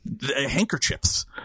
handkerchiefs